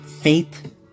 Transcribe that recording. Faith